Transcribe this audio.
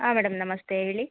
ಆಂ madam ನಮಸ್ತೆ ಹೇಳಿ